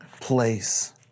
place